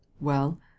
Well